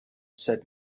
said